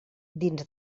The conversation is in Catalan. dins